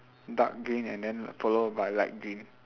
dark green and then followed by light green